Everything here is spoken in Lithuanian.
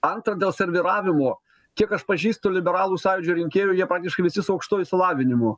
antra dėl serviravimo kiek aš pažįstu liberalų sąjūdžio rinkėjų jie praktiškai visi su aukštuoju išsilavinimu